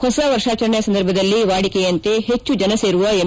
ಹೊಸ ವರ್ಷಾಚರಣೆ ಸಂದರ್ಭದಲ್ಲಿ ವಾಡಿಕೆಯಂತೆ ಹೆಚ್ಚು ಜನ ಸೇರುವ ಎಂ